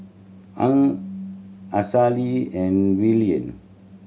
Hung Halsey and Verlyn